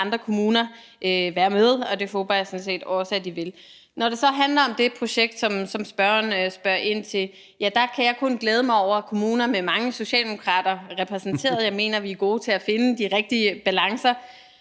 andre kommuner være med, og det håber jeg sådan set også de vil. Når det så handler om det projekt, som spørgeren spørger ind til, så kan jeg kun glæde mig over, at kommuner med mange socialdemokrater repræsenteret er gode til at finde de rigtige balancer.